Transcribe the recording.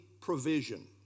provision